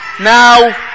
now